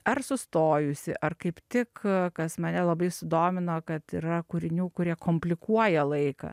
ar sustojusį ar kaip tik kas mane labai sudomino kad yra kūrinių kurie komplikuoja laiką